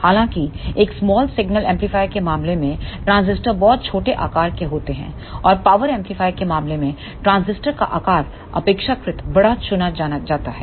हालांकि एक small signal amplifier के मामले में ट्रांजिस्टर बहुत छोटे आकार के होते हैं और पावर एम्पलीफायर के मामले में ट्रांजिस्टर का आकार अपेक्षाकृत बड़ा चुना जाता है